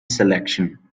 selection